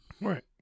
Right